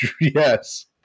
Yes